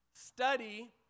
study